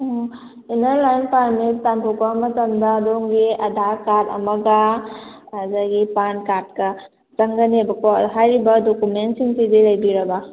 ꯎꯝ inner line permit ꯇꯥꯟꯊꯣꯛꯄ ꯃꯇꯝꯗ ꯑꯗꯣꯝꯒꯤ ꯑꯥꯗꯥꯔ ꯑꯃꯒ ꯑꯗꯒꯤ ꯄꯥꯟ ꯀꯥꯔꯠꯀ ꯆꯪꯒꯅꯦꯕꯀꯣ ꯍꯥꯏꯔꯤꯕ ꯗꯣꯀꯨꯃꯦꯟꯁꯤꯡꯁꯤꯗꯤ ꯂꯩꯕꯤꯔꯕ